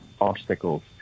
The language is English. obstacles